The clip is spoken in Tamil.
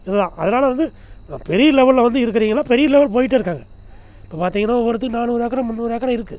இது தான் அதனால் வந்து பெரிய லெவலில் வந்து இருக்கிறவங்களாம் பெரிய லெவல் போயிகிட்டே இருக்காங்க இப்போ பார்த்திங்கன்னா ஒவ்வொருத்தருக்கு நானூறு ஏக்கரோ முன்னூறு ஏக்கரோ இருக்குது